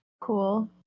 Cool